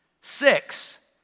Six